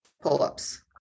Pull-ups